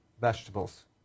vegetables